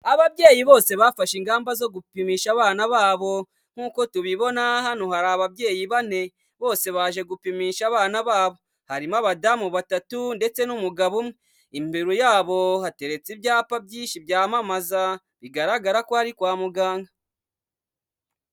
Ababyeyi bose bafashe ingamba zo gupimisha abana babo, nk'uko tubibona hano hari ababyeyi bane bose baje gupimisha abana babo, harimo abadamu batatu ndetse n'umugabo imbere yabo hateretse ibyapa byinshi byamamaza, bigaragara ko ari kwa muganga.